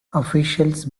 officials